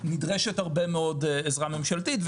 נדרשת הרבה מאוד עזרה ממשלתית.